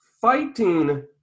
fighting